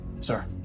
Sir